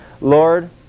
Lord